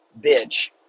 bitch